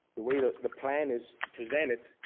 the way the the plan is presented,